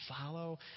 follow